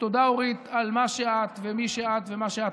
תודה לחבר הכנסת גפני.